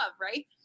Right